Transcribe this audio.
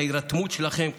את ההירתמות שלכם,